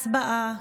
הצבעה.